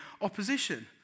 opposition